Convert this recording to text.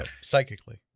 Psychically